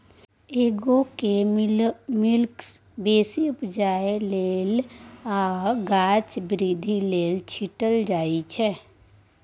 agrochemicals बेसी उपजा लेल आ गाछक बृद्धि लेल छीटल जाइ छै